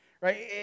right